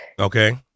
Okay